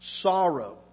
sorrow